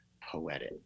poetic